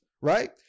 right